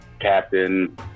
captain